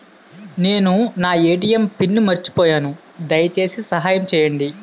నేను నా ATM pin మర్చిపోయాను, దయచేసి సహాయం చేయండి